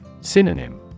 Synonym